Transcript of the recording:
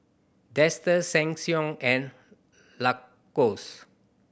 Dester Sheng Siong and Lacoste